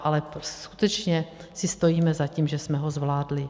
Ale skutečně si stojíme za tím, že jsme ho zvládli.